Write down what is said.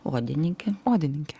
odininkė odininkė